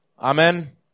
Amen